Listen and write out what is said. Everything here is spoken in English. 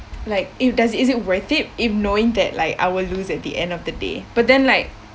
like it does~ it is it worth it if knowing that like I'll lose at the end of the day but then like